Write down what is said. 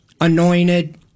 anointed